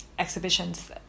exhibitions